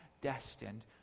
destined